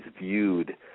viewed